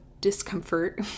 discomfort